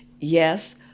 Yes